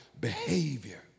behavior